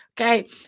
okay